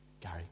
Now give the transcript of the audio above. Gary